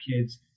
kids